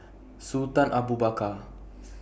Sultan Abu Bakar